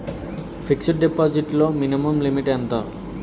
Fixed deposit లో minimum limit ఎంత?